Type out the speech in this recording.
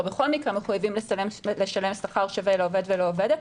בכל מקרה מחויבים לשלם שכר שווה לעובד ולעובדת,